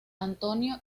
antonio